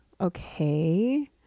Okay